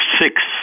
six